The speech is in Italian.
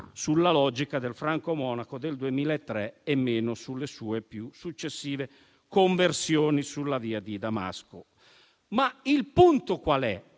sulla logica del Franco Monaco del 2003 e meno sulle sue più successive conversioni sulla via di Damasco. Il punto è